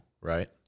right